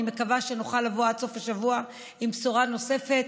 אני מקווה שנוכל לבוא עד סוף השבוע עם בשורה נוספת.